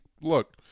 look